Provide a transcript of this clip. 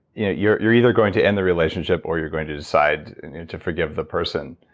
you know you're you're either going to end the relationship or you're going to decide to forgive the person?